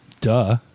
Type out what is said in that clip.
duh